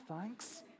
thanks